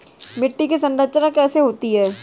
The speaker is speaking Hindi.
मिट्टी की संरचना कैसे होती है?